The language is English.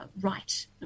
right